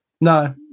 no